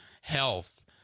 health